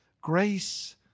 grace